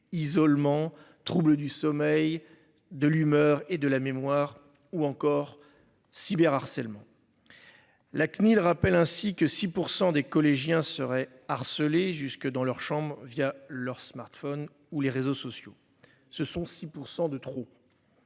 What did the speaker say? isolement troubles du sommeil de l'humeur et de la mémoire ou encore cyber harcèlement. La CNIL rappelle ainsi que 6% des collégiens serait harcelé jusque dans leurs chambres via leur smartphone ou les réseaux sociaux, ce sont 6% de trop.